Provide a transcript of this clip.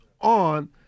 on